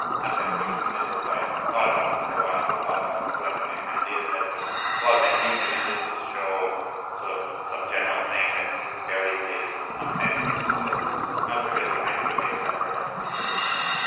sometimes news images. i thought about this for awhile, and thought about collecting that kinda kind of dataset. but a lot of times news images just show sort of some general thing that is barely related to the content. and so, it's non-trivial to find a good data set where that's really necessary.